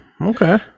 Okay